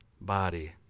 body